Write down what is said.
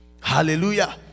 Hallelujah